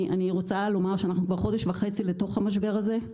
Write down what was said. אני רוצה לומר שאנחנו כבר חודש וחצי לתוך המשבר הזה,